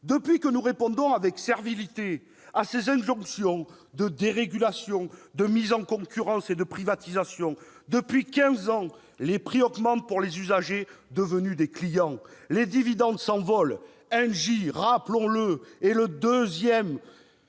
ans que nous répondons avec servilité à ses injonctions de dérégulation, de mise en concurrence et de privatisation, les prix augmentent pour les usagers devenus des clients, les dividendes s'envolent- Engie est la deuxième